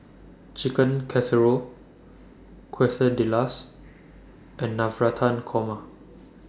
Chicken Casserole Quesadillas and Navratan Korma